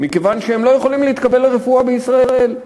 מכיוון שהם לא יכולים להתקבל לרפואה בישראל.